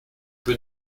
peu